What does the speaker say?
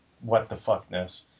what-the-fuckness